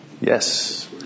Yes